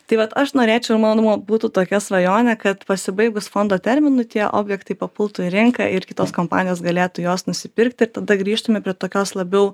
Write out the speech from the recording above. tai vat aš norėčiau mano manau būtų tokia svajonė kad pasibaigus fondo terminui tie objektai papultų į rinką ir kitos kompanijos galėtų juos nusipirkti ir tada grįžtume prie tokios labiau